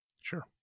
Sure